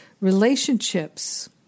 relationships